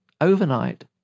overnight